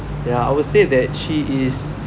ya I would say that she is